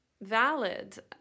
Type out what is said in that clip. valid